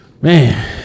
Man